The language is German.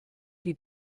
die